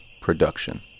Production